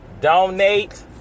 donate